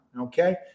Okay